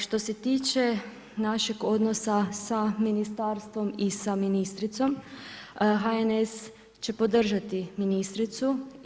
Što se tiče našeg odnosa sa ministarstvom i sa ministricom HNS će podržati ministricu.